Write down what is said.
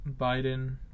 Biden